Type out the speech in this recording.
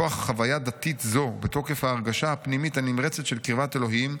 "בכוח חוויה דתית זו ובתוקף ההרגשה הפנימית הנמרצת של קרבת אלוהים,